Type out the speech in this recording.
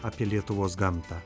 apie lietuvos gamtą